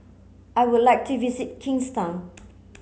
I would like to visit Kingstown